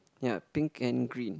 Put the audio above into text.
ya pink and green